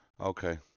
Okay